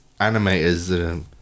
animators